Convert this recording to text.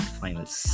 finals